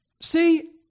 See